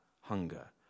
hunger